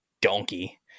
donkey